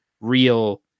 real